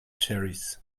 cherries